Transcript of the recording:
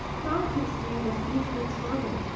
thomkins' name was easily tommy,